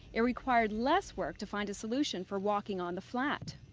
it required less work to find a solution for walking on the flat.